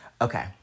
Okay